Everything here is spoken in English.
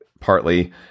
partly